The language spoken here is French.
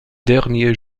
dernier